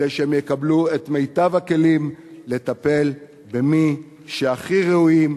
כדי שהם יקבלו את מיטב הכלים לטפל במי שהכי ראויים,